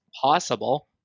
possible